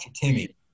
Timmy